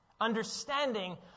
understanding